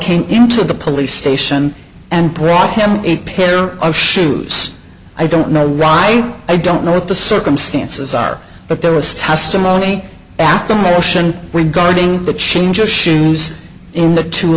came into the police station and brought him a pair of shoes i don't know ronnie i don't know what the circumstances are but there was testimony after motion regarding the change of shoes in the two